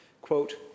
Quote